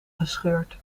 gescheurd